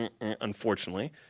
unfortunately